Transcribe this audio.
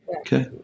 Okay